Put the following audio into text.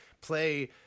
play